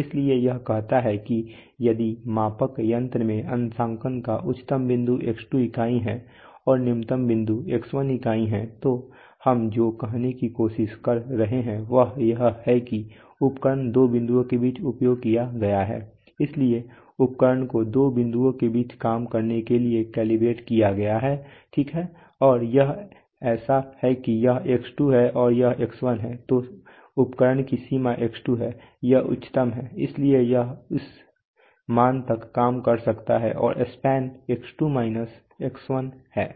इसलिए यह कहता है कि यदि मापक यंत्र में अंशांकन का उच्चतम बिंदु X2 इकाई है और निम्नतम बिंदु X1 इकाई है तो हम जो कहने की कोशिश कर रहे हैं वह यह है कि उपकरण दो बिंदुओं के बीच उपयोग किया गया है इसलिए उपकरण को दो बिंदुओं के बीच काम करने के लिए कैलिब्रेट किया गया है ठीक है और यह ऐसा है कि यह X2 है और यह X1 है तो उपकरण की सीमा X2 है यह उच्चतम है इसलिए यह उस मान तक काम कर सकता है और स्पैन X2 X1 है